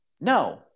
No